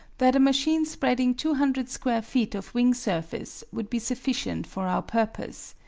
that a machine spreading two hundred square feet of wing surface would be sufficient for our purpose,